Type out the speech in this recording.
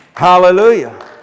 Hallelujah